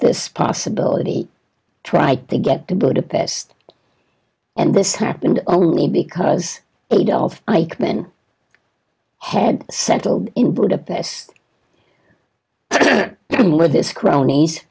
this possibility try to get to budapest and this happened only because adolf eichmann had settled in budapest where this cronies